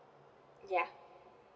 ya